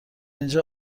اینجا